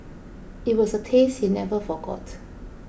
it was a taste he never forgot